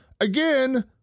again